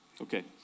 Okay